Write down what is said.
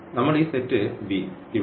നമ്മൾഈ set V ഇവിടെ